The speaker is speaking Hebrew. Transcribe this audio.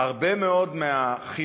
הרבה מאוד מהחינוך